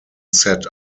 set